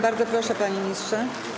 Bardzo proszę, panie ministrze.